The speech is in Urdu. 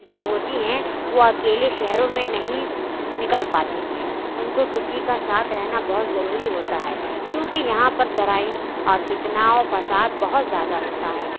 جو ہوتی ہیں وہ اکیلے شہروں میں نہیں نکل پاتی ہیں اُن کو کسی کا ساتھ رہنا بہت ضروری ہوتا ہے کیوں کہ یہاں پر جرائم اور فتنہ و فساد بہت زیادہ ہوتا ہے